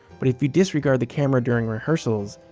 but if you disregard the camera during rehearsals,